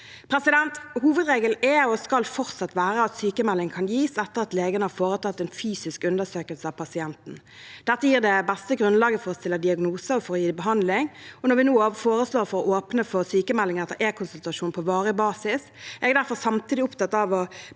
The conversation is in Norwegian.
permanent. Hovedregelen er, og skal fortsatt være, at sykmelding kan gis etter at legen har foretatt en fysisk undersøkelse av pasienten. Dette gir det beste grunnlaget for å stille diagnose og for å gi behandling. Når vi nå foreslår å åpne for sykmelding etter e-konsultasjon på varig basis, er jeg derfor samtidig opptatt av å